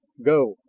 go,